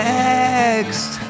next